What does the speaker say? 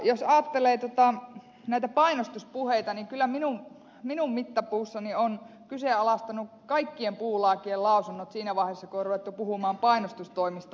jos ajattelee näitä painostuspuheita niin kyllä minun mittapuussani ovat kyseenalaistuneet kaikkien puulaakien lausunnot siinä vaiheessa kun on ruvettu puhumaan painostustoimista